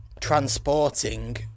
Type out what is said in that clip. transporting